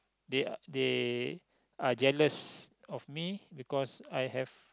they are they are jealous of me because I have